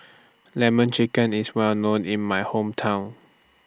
Lemon Chicken IS Well known in My Hometown